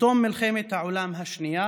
בתום מלחמת העולם השנייה